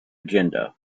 agenda